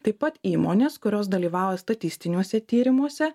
taip pat įmonės kurios dalyvauja statistiniuose tyrimuose